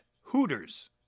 Hooters